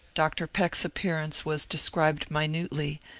dr. peck's appearance was de scribed minutely,